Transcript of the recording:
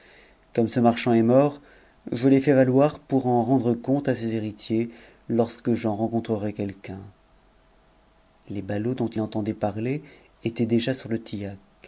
comme ce marchand est mort je les fais y pour en rendre compte à ses héritiers lorsque j'en rencontrerai nof qu'un les ballots dont il entendait parler étaient déjà sur eti